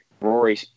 Rory